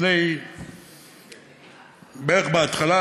בערך בהתחלה,